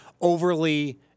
overly